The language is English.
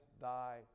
thy